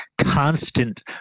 constant